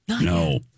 No